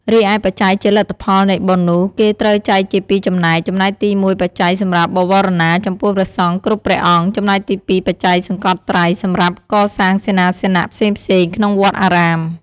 រីឯបច្ច័យជាលទ្ធផលនៃបុណ្យនោះគេត្រូវចែកជាពីរចំណែក ចំណែកទី១បច្ច័យសម្រាប់បវារណាចំពោះព្រះសង្ឃគ្រប់ព្រះអង្គ ចំណែកទី២បច្ច័យសង្កត់ត្រៃសម្រាប់កសាងសេនាសនៈផ្សេងៗក្នុងវត្តអារាម ។